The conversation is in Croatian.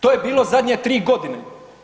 To je bilo zadnje 3 godine.